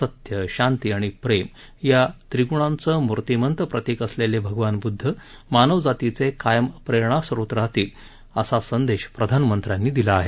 सत्य शांती आणि प्रेम या त्रिग्णांचं मूर्तीमंत प्रतीक असलेले भगवान बुदध मानवजातीचे कायम प्रेरणास्रोत राहतील असा संदेश प्रधानमंत्र्यांनी दिला आहे